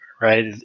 right